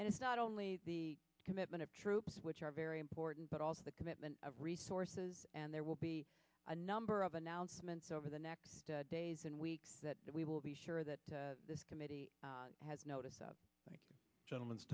and it's not only the commitment of troops which are very important but also the commitment of resources and there will be a number of announcements over the next days and weeks that we will be sure that this committee has noticed that gentleman's